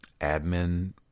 admin